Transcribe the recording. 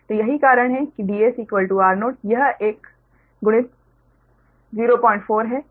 तो यही कारण है कि Dsr0 यह एक गुणित 04 है